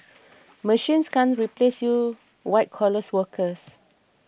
machines can't replace you white collars workers